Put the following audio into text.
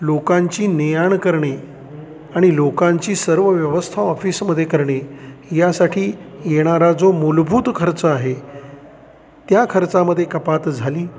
लोकांची ने आण करणे आणि लोकांची सर्व व्यवस्था ऑफिसमध्ये करणे यासाठी येणारा जो मूलभूत खर्च आहे त्या खर्चामध्ये कपात झाली